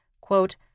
quote